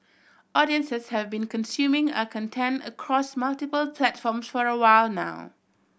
audiences have been consuming our content across multiple platforms for a while now